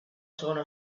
segona